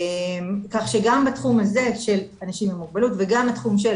כך שגם בתחום הזה של אנשים עם מוגבלות וגם לתחום של